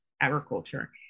agriculture